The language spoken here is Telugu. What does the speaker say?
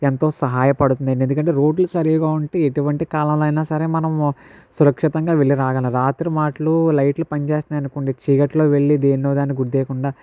ఎంతో సహాయపడుతుంది అండి ఎందుకంటే రోడ్లు సరిగా ఉంటే ఎటువంటి కాలం అయినా సరే మనం సురక్షితంగా వెళ్లి రాగలము రాత్రి మాటలు లైట్లు పనిచేస్తున్నాయి అనుకోండి చీకట్లో వెళ్లి దేన్నో దాన్ని గుద్దేయకుండా